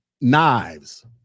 Knives